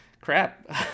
crap